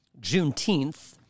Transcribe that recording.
Juneteenth